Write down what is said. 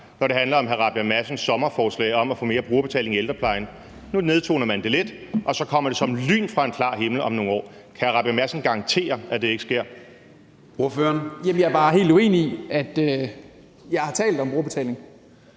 når det handler om hr. Christian Rabjerg Madsens sommerforslag om at få mere brugerbetaling i ældreplejen. Nu nedtoner man det lidt, og så kommer det som lyn fra en klar himmel om nogle år. Kan hr. Christian Rabjerg Madsen garantere, at det ikke sker? Kl. 09:39 Formanden (Søren Gade): Ordføreren.